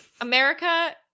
america